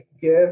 give